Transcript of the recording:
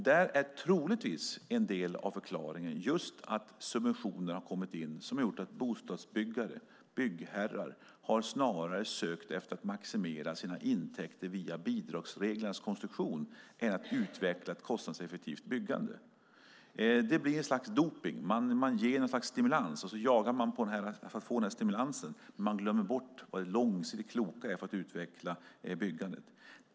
Där är troligtvis en del av förklaringen just att subventioner har kommit in som har gjort att byggherrar snarare har sökt efter att maximera sina intäkter via bidragsreglernas konstruktion än att utveckla ett kostnadseffektivt byggande. Det blir ett slags dopning. Man ger ett slags stimulans, och sedan jagar byggherrarna för att få stimulansen medan man glömmer vad som är det långsiktigt kloka för att utveckla byggandet.